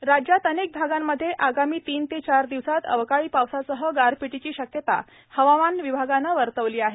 हवामान राज्यात अनेक भागांमध्ये आगामी तीन चार दिवसात अवकळी पवासासह गरपीतीची शक्यता हवामान विभागन वर्तविली आहे